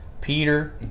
Peter